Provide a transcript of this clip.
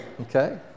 Okay